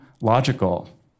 logical